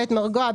בית מרגוע,